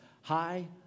Hi